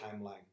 timeline